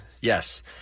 Yes